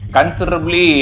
considerably